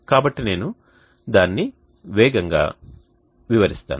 కాబట్టి నేను దానిని వేగంగా వివరిస్తాను